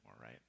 right